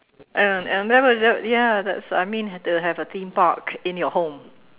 and and then there was that ya that's I mean they will have a theme park in your home